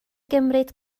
gymryd